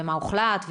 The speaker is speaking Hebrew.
ומה הוחלט,